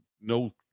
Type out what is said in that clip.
no